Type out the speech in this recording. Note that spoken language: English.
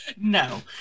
No